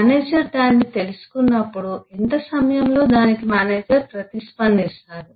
manager దానిని తెలుసుకున్నప్పుడు ఎంత సమయంలో దానికి మేనేజర్ ప్రతిస్పందిస్తారు